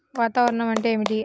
వాతావరణం అంటే ఏమిటి?